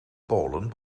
polen